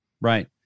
Right